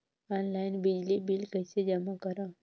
Online बिजली bill कइसे जमा करव?